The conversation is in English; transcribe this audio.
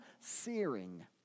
Searing